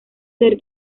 ser